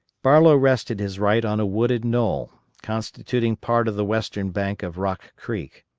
barlow rested his right on a wooded knoll, constituting part of the western bank of rock creek.